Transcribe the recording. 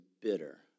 bitter